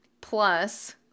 plus